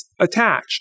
attached